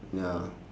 ya